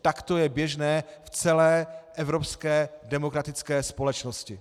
Tak to je běžné v celé evropské demokratické společnosti.